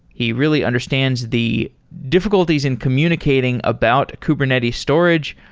he really understands the difficulties in communicating about kubernetes storage,